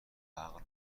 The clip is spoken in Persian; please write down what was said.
عقل